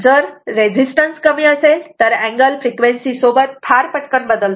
जर रेझिस्टन्स कमी असेल तर अँगल फ्रिक्वेन्सी सोबत फार पटकन बदलतो